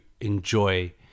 enjoy